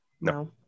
no